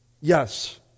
Yes